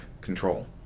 control